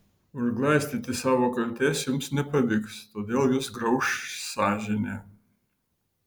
užglaistyti savo kaltės jums nepavyks todėl jus grauš sąžinė